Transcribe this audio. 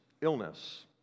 illness